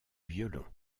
violon